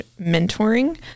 mentoring